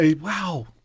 wow